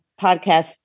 podcast